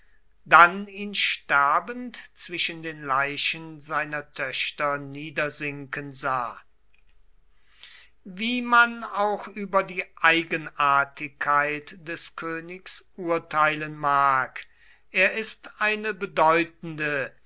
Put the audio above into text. dann ihn sterbend zwischen den leichen seiner töchter niedersinken sah wie man auch über die eigenartigkeit des königs urteilen mag er ist eine bedeutende